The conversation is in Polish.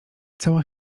cała